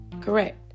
Correct